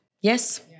Yes